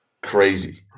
Crazy